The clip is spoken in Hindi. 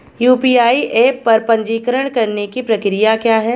यू.पी.आई ऐप पर पंजीकरण करने की प्रक्रिया क्या है?